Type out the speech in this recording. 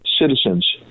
citizens